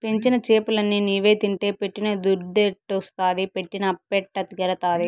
పెంచిన చేపలన్ని నీవే తింటే పెట్టిన దుద్దెట్టొస్తాది పెట్టిన అప్పెట్ట తీరతాది